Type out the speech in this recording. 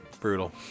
brutal